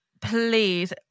please